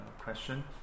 question